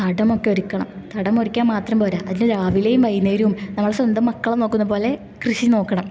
തടമൊക്കെ ഒരുക്കണം തടമൊരുക്കിയാൽ മാത്രം പോരാ അത്തിൽ രാവിലെയും വൈകുന്നേരവും നമ്മളെ സ്വന്തം മക്കളെ നോക്കുന്നത് പോലെ കൃഷി നോക്കണം